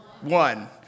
One